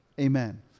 Amen